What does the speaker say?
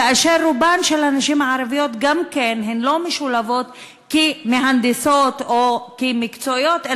ורובן של הנשים הערביות לא משולבות כמהנדסות או כמקצועיות,